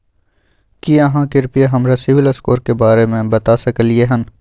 की आहाँ कृपया हमरा सिबिल स्कोर के बारे में बता सकलियै हन?